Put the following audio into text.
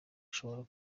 ushobora